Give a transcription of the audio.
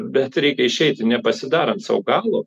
bet reikia išeiti nepasidarant sau galo